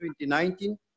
2019